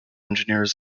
engineers